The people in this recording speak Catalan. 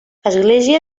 església